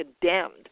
condemned